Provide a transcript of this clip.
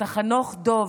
אתה חנוך דב,